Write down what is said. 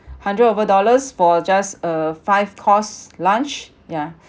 hundred over dollars for just a five-course lunch yeah